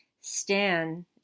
Stan